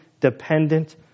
dependent